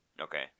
Okay